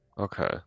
Okay